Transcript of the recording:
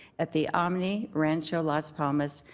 at the omni rancho las palmas,